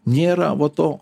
nėra va to